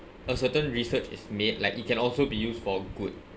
a certain research is made like it can also be used for good